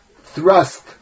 thrust